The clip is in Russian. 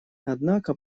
однако